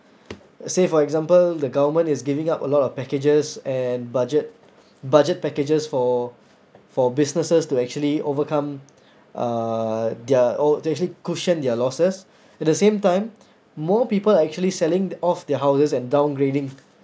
say for example the government is giving up a lot of packages and budget budget packages for for businesses to actually overcome uh their o~ to actually cushion their losses at the same time more people actually selling off their houses and downgrading